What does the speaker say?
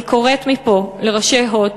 אני קוראת מפה לראשי "הוט"